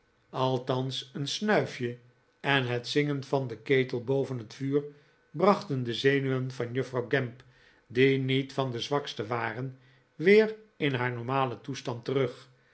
althans een snuifje en het zingen van den ketel boven het vuur brachten de zenuwen van juffrouw gamp die niet van de zwakste waren weer in haar normalen toestand terug